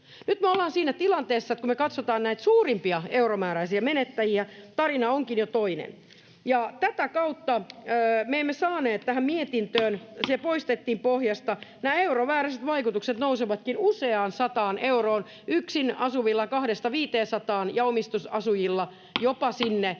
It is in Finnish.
Nyt me ollaan siinä tilanteessa, että kun me katsotaan näitä suurimpia euromääräisiä menettäjiä, tarina onkin jo toinen. Ja tätä me emme saaneet tähän mietintöön, se poistettiin pohjasta. Nämä euromääräiset vaikutukset nousevatkin useaan sataan euroon, yksin asuvilla 200—500:aan, ja omistusasujilla jopa sinne